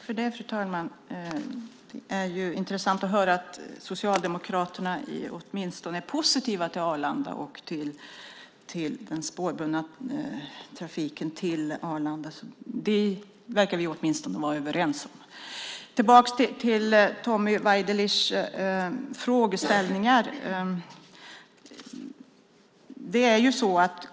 Fru talman! Det är intressant att höra att Socialdemokraterna är positiva till Arlanda och till den spårbundna trafiken till Arlanda. Det verkar vi åtminstone vara överens om. Låt mig gå tillbaka till Tommy Waidelichs frågor.